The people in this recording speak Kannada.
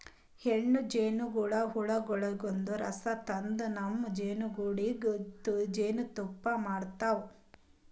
ಹೆಣ್ಣ್ ಜೇನಹುಳ ಹೂವಗೊಳಿನ್ದ್ ರಸ ತಂದ್ ತಮ್ಮ್ ಜೇನಿಗೂಡಿನಾಗ್ ಜೇನ್ತುಪ್ಪಾ ಮಾಡ್ತಾವ್